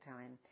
Time